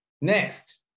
next